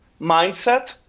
mindset